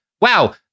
Wow